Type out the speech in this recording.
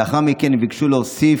לאחר מכן הם ביקשו להוסיף: